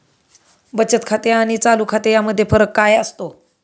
बचत खाते आणि चालू खाते यामध्ये फरक काय असतो?